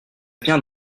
viens